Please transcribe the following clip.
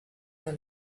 from